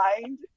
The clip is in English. mind